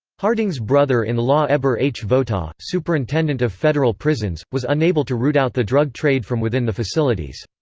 harding's brother-in-law heber h. votaw, superintendent of federal prisons, was unable to root out the drug trade from within the facilities.